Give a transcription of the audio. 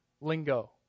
lingo